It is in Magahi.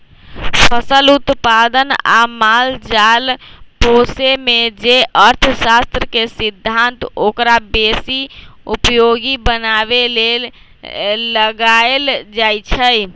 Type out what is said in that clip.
फसल उत्पादन आ माल जाल पोशेमे जे अर्थशास्त्र के सिद्धांत ओकरा बेशी उपयोगी बनाबे लेल लगाएल जाइ छइ